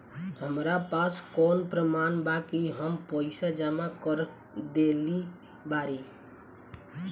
हमरा पास कौन प्रमाण बा कि हम पईसा जमा कर देली बारी?